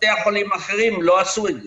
בתי חולים אחרים לא עשו את זה.